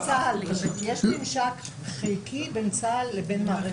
--- יש ממשק חלקי בין צה"ל לבין מערכת